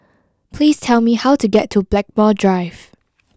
please tell me how to get to Blackmore Drive